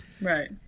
Right